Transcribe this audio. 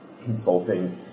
consulting